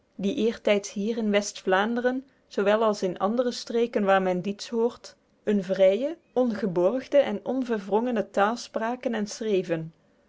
die eertyds hier in westvlaenderen zoowel als in andere streken waer men dietsch hoort een vrye ongeborgde en onverwrongene tael spraken en schreeven